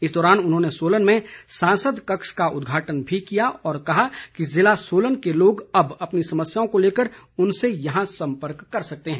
इस दौरान उन्होंने सोलन में सांसद कक्ष का उदघाटन भी किया और कहा कि जिला सोलन के लोग अब अपनी समस्याओं को लेकर उनसे यहां सम्पर्क कर सकते हैं